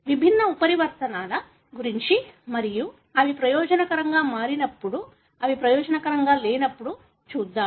విభిన్న ఉత్పరివర్తనాల గురించి మరియు అవి ప్రయోజనకరంగా మారినప్పుడు అవి ప్రయోజనకరంగా లేనప్పుడు చూద్దాం